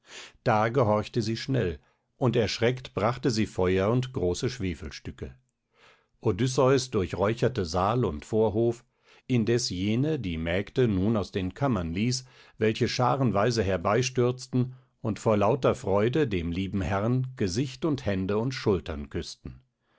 da gehorchte sie schnell und erschreckt brachte sie feuer und große schwefelstücken odysseus durchräucherte saal und vorhof indes jene die mägde nun aus den kammern ließ welche scharenweise herbeistürzten und vor lauter freude dem lieben herrn gesicht und hände und schultern küßten